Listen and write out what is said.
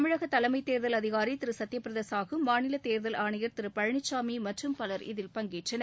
தமிழக தலைமை தேர்தல் அதிகாரி திரு சத்ய பிரதா சாஹு மாநில தேர்தல் ஆணையர் திரு பழனிசாமி மற்றும் பலர் இதில் பங்கேற்றனர்